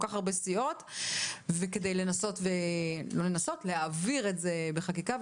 כך הרבה סיעות לנסות להעביר את זה בחקיקה,